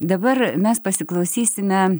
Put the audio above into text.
dabar mes pasiklausysime